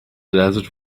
desert